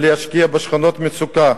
או להשקיע בשכונות מצוקה?